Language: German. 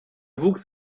wuchs